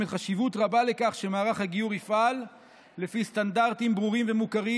יש חשיבות רבה לכך שמערך הגיור יפעל לפי סטנדרטים ברורים ומוכרים,